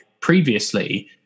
previously